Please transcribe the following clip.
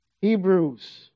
Hebrews